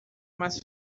mais